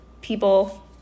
people